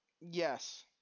Yes